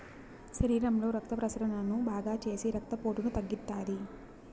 శరీరంలో రక్త ప్రసరణను బాగాచేసి రక్తపోటును తగ్గిత్తాది